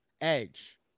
Edge